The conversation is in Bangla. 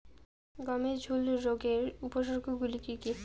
গমের ঝুল রোগের উপসর্গগুলি কী কী?